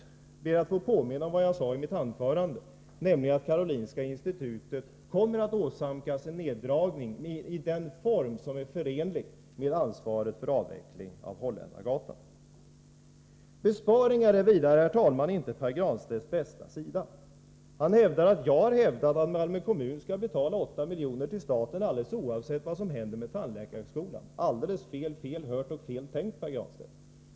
Jag ber då att få påminna om vad jag sade i mitt anförande: Karolinska institutet kommer att åsamkas en neddragning i den form som är förenlig med ett ansvar för avvecklingen av verksamheten på Holländargatan. Besparingar är vidare inte Pär Granstedts bästa sida. Han påstår att jag har hävdat att Malmö kommun skall betala 8 milj.kr. till staten alldeles oavsett vad som händer med tandläkarhögskolan. Alldeles fel— fel hört och fel tänkt, Pär Granstedt!